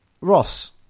Ross